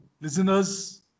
listeners